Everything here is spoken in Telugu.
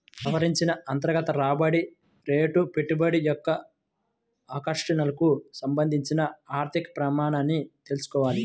సవరించిన అంతర్గత రాబడి రేటు పెట్టుబడి యొక్క ఆకర్షణకు సంబంధించిన ఆర్థిక ప్రమాణమని తెల్సుకోవాలి